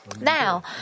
Now